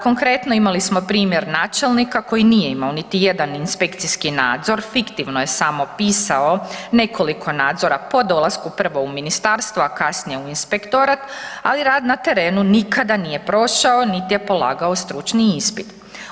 Konkretno, imali smo primjer načelnika koji nije imao niti jedan inspekcijski nadzor, fiktivno je samo pisao nekoliko nadzora po dolasku prvo u ministarstvo, a kasnije u inspektorat, ali rad na terenu nikada nije prošao, nit je polagao stručni ispit.